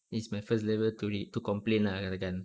is my first level to le~ to complaint lah katakan